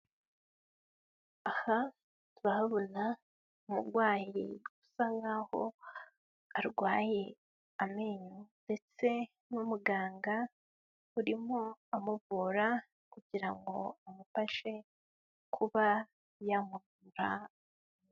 Aha turahabona umurwayi usa nkaho arwaye amenyo ndetse n'umuganga urimo amuvura kugirango amufashe kuba yamuvura.